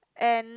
and